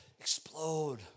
explode